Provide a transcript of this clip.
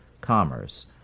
commerce